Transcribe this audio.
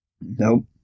Nope